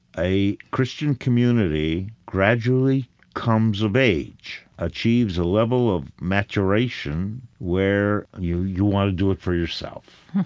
a christian community gradually comes of age, achieves a level of maturation where you you want to do it for yourself,